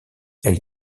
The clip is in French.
elle